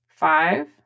Five